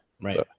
Right